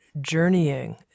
journeying